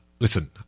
Listen